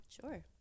Sure